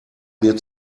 mir